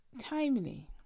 timely